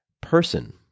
person